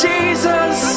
Jesus